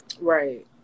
Right